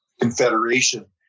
Confederation